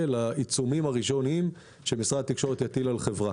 לעיצומים הראשוניים שמשרד התקשרות יטיל על חברה.